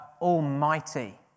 Almighty